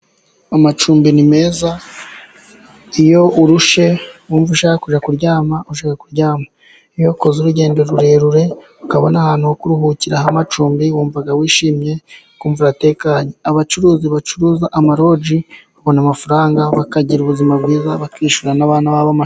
Amacumbi ni meza, iyo urushye wumva ushaka kujya kuryama ushobora kuryama. Iyo wakoze urugendo rurerure, ukabona ahantu ho kuruhukira h' amacumbi wumva wishimye, ukumva uratekanye. Abacuruzi bacuruza amaloji babona amafaranga bakagira ubuzima bwiza bakishyurira n'abana babo amashuri.